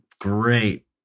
great